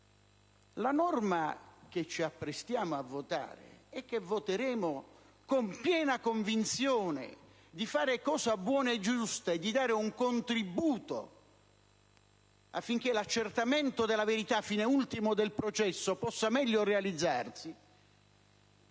La norma che ci apprestiamo a votare, e che voteremo con piena convinzione di fare cosa buona e giusta e di dare un contributo affinché l'accertamento della verità, fine ultimo del processo, possa meglio realizzarsi,